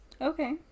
Okay